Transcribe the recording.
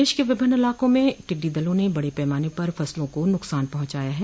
प्रदेश के विभिन्न इलाकों में टिड्डी दलों ने बडे पैमाने पर फसलों को नुकसान पहुंचाया ह